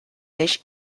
eix